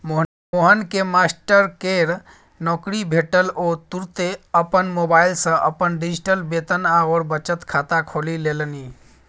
मोहनकेँ मास्टरकेर नौकरी भेटल ओ तुरते अपन मोबाइल सँ अपन डिजिटल वेतन आओर बचत खाता खोलि लेलनि